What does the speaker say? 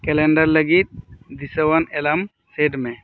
calendar ᱞᱟᱹᱜᱤᱫ ᱰᱤᱥᱟᱹᱣᱟᱱ alarm set ᱢᱮ